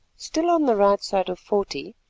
still on the right side of forty,